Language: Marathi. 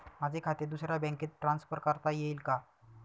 माझे खाते दुसऱ्या बँकेत ट्रान्सफर करता येईल का?